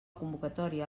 convocatòria